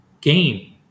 game